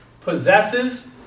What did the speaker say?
possesses